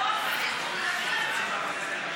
אני לא אומרת שזה בסדר.